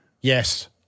Yes